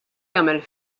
jagħmel